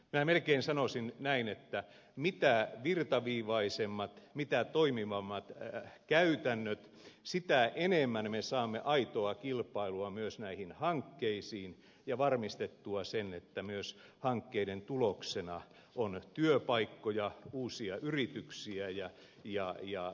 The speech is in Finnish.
minä melkein sanoisin näin että mitä virtaviivaisemmat mitä toimivammat käytännöt sitä enemmän me saamme aitoa kilpailua myös näihin hankkeisiin ja varmistettua sen että myös hankkeiden tuloksena on työpaikkoja uusia yrityksiä ja tuottavuutta